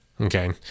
Okay